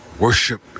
Worship